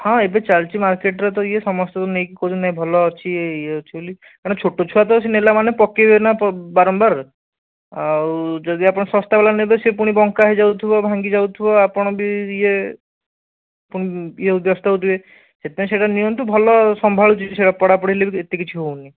ହଁ ଏବେ ଚାଲିଛି ମାର୍କେଟରେ ତ ଇଏ ସମସ୍ତଙ୍କୁ ନେଇକି କହୁଛନ୍ତି ଭଲ ଅଛି ଇଏ ଅଛି ବୋଲି କାରଣ ଛୋଟ ଛୁଆ ନେଲା ମାନେ ପକେଇବେ ନା ତ ବାରମ୍ବାର ଆଉ ଯଦି ଆପଣ ଶସ୍ତା ଵାଲା ନେବେ ସେ ପୁଣି ବଙ୍କା ହେଇଯାଉଥିବ ଭାଙ୍ଗି ଯାଉଥିବ ଆପଣ ବି ଇଏ ଇଏ ବ୍ୟସ୍ତ ହେଉଥିବେ ସେଥିପାଇଁ ସେଇଟା ନିଅନ୍ତୁ ଭଲ ସମ୍ଭାଳୁଛି ସେ ପଡ଼ାପଡ଼ି ହେଲେ ଏତେ କିଛି ହେଉନି